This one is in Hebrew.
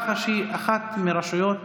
מח"ש היא אחת מרשויות